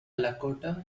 lakota